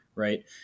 right